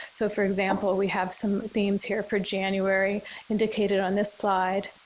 so for example, we have some themes here for january indicated on this slide.